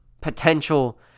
potential